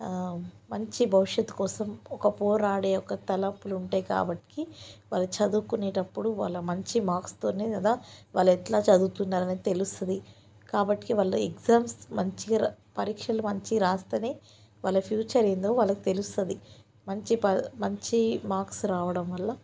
మంచి భవిష్యత్తు కోసం ఒక పోరాడే ఒక తలంపులు ఉంటాయి కాబట్టి వాళ్ళు చదువుకునేటప్పుడు వాళ్ళ మంచి మార్క్స్తోనే కదా వాళ్ళు ఎట్లా చదువుతున్నారనేది తెలుస్తుంది కాబట్టి వాళ్ళు ఎగ్జామ్స్ మంచిగా రా పరీక్షలు మంచి రాస్తేనే వాళ్ళ ఫ్యూచర్ ఏంటో వాళ్ళకు తెలుస్తుంది మంచి ప మంచి మార్క్స్ రావడం వల్ల